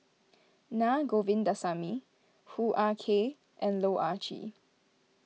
Naa Govindasamy Hoo Ah Kay and Loh Ah Chee